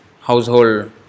household